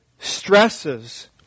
stresses